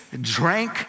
drank